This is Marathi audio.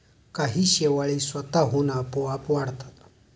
काही शेवाळी स्वतःहून आपोआप वाढतात